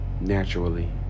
Naturally